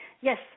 Yes